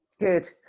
good